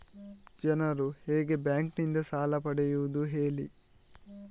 ಜನರು ಹೇಗೆ ಬ್ಯಾಂಕ್ ನಿಂದ ಸಾಲ ಪಡೆಯೋದು ಹೇಳಿ